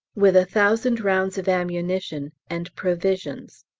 with a thousand rounds of ammunition and provisions.